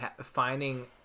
finding